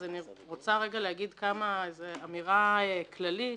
אז אני רוצה להגיד אמירה כללית.